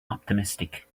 optimistic